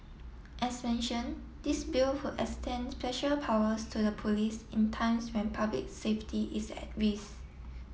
as mentioned this Bill would extend special powers to the police in times when public safety is at risk